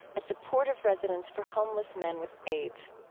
a supportive residence for homeless men with aids.